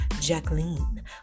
Jacqueline